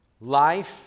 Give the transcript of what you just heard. life